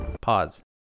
Pause